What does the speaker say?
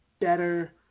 better